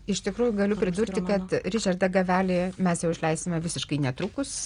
iš tikrųjų galiu pridurti kad ričardą gavelį mes jau išleisime visiškai netrukus